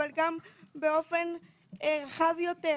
אבל גם באופן רחב יותר,